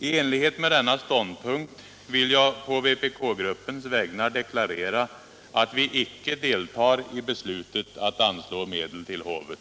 I enlighet med denna ståndpunkt vill jag på vpk-gruppens vägnar deklarera att vi icke deltar i beslutet att anslå medel till hovet.